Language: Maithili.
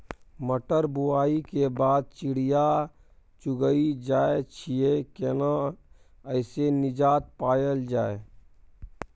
मटर बुआई के बाद चिड़िया चुइग जाय छियै केना ऐसे निजात पायल जाय?